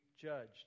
judged